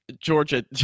Georgia